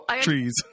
Trees